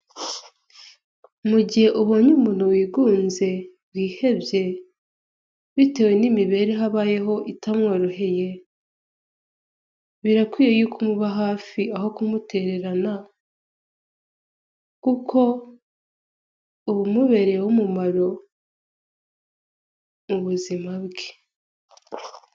Mu gihe ubonye umuntu wigunze wihebye bitewe n'imibereho abayeho itamworoheye, birakwiriye yuko umuba hafi aho kumutererana kuko uba umubereye uw'umumaro mu buzima bwe.